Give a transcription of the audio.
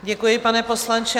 Děkuji, pane poslanče.